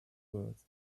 words